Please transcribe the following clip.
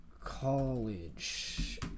College